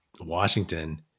Washington